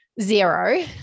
zero